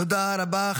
תודה רבה.